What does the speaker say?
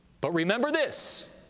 but remember this,